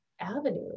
avenue